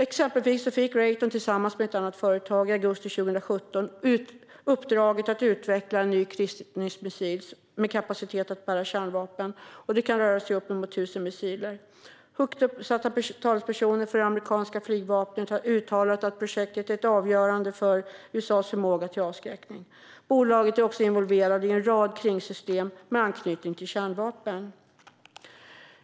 Exempelvis fick Raytheon tillsammans med ett annat företag i augusti 2017 uppdraget att utveckla en ny kryssningsmissil med kapacitet att bära kärnvapen. Det rör sig om uppemot 1 000 missiler. Högt uppsatta talespersoner för det amerikanska flygvapnet har uttalat att projektet är avgörande för USA:s förmåga till avskräckning. Bolaget är också involverat i en rad kringsystem med anknytning till kärnvapen.